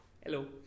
Hello